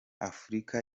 afurika